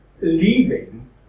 leaving